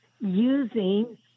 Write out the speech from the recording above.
using